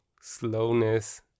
slowness